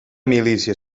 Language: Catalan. milícia